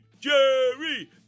Jerry